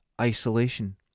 isolation